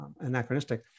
anachronistic